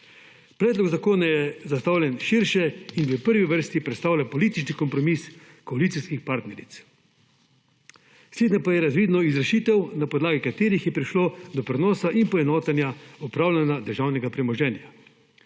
Predlog zakona je zastavljen širše in v prvi vrsti predstavlja političen kompromis koalicijskih partneric. Slednje pa je razvidno iz rešitev na podlagi katerih je prišlo do prenosa in poenotenja upravljanja državnega premoženja,